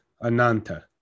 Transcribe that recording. Ananta